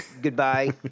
Goodbye